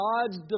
God's